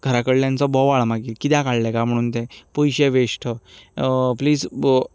घरा कडल्यांचो बोवाळ मागीर कित्याक हाडलां कांय म्हणून तें पयशे वेस्ट प्लीज